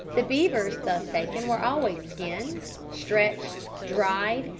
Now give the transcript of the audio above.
the beavers thus taken were always skinned, stretched, dried,